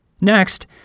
Next